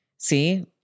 See